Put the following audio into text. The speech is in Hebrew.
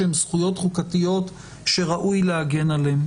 שהן זכויות חוקתיות שראוי להגן עליהן.